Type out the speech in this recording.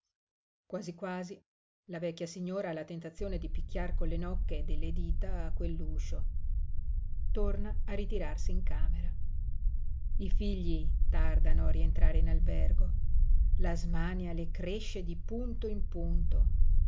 quasi quasi la vecchia signora ha la tentazione di picchiar con le nocche delle dita a quell'uscio torna a ritirarsi in camera i figli tardano a rientrare in albergo la smania le cresce di punto in punto